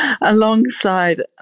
alongside